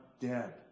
dead